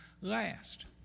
last